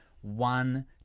one